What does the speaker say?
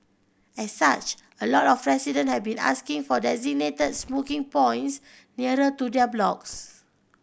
as such a lot of resident have been asking for designated smoking points nearer to their blocks